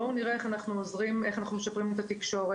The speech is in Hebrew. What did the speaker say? בואו נראה איך אנחנו משפרים את התקשורת,